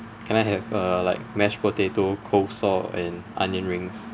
can I have uh like mash potato coleslaw and onion rings